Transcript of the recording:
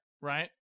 Right